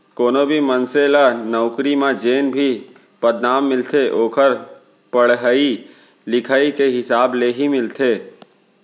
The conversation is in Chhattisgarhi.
कोनो भी मनसे ल नउकरी म जेन भी पदनाम मिलथे ओखर पड़हई लिखई के हिसाब ले ही मिलथे